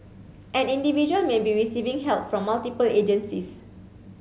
an individual may be receiving help from multiple agencies